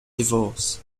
divorce